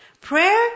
Prayer